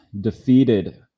defeated